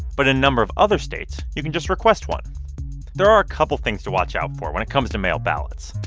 but in a number of other states, you can just request one there are a couple of things to watch out for when it comes to mail ballots.